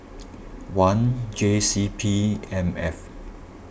one J C P M F